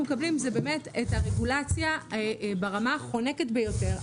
מקבלים זה באמת את הרגולציה ברמה החונקת ביותר.